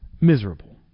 miserable